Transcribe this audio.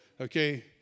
Okay